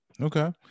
Okay